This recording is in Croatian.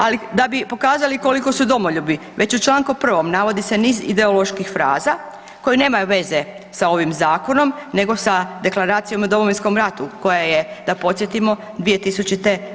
Ali da bi pokazali koliki su domoljubi već u članku prvom nalazi se niz ideoloških fraza koji nemaju veze sa ovim zakonom, nego sa Deklaracijom o Domovinskom ratu koja je, da podsjetimo 2000.